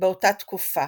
באותה תקופה.